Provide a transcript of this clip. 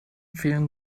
فیلم